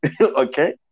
Okay